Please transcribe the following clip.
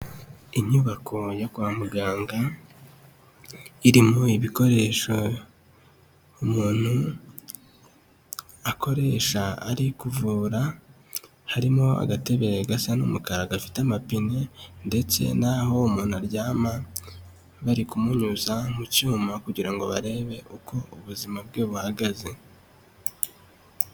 Inyubako yo kwa muganga irimo ibikoresho umuntu akoresha ari kuvura, harimo agatebe gasa n'umukara gafite amapine ndetse n'aho umuntu aryama, bari kumunyuza mu cyuma kugira ngo barebe uko ubuzima bwe buhagaze.